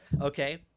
okay